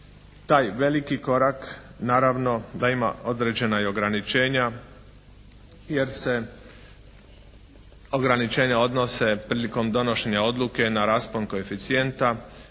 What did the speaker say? Taj veliki korak naravno da ima određena i ograničenja jer se ograničenja odnose prilikom donošenja odluke na raspon koeficijenta